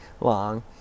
long